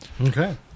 Okay